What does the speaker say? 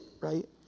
right